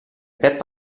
aquest